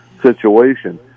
situation